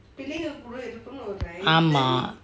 ஆமா:aama